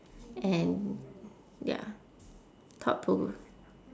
and ya thought-provo~